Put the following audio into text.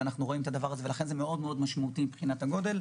אלה דברים שהיו מאוד משמעותיים מבחינת היקף המשרות.